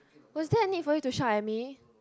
was there a need for you to shout at me